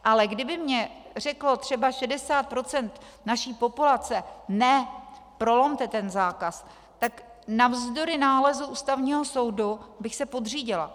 Ale kdyby mně řeklo třeba 60 % naší populace ne, prolomte ten zákaz, tak navzdory nálezu Ústavního soudu bych se podřídila.